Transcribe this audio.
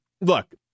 Look